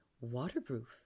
waterproof